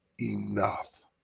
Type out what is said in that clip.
enough